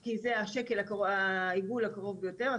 כי זה העיגול הקרוב ביותר,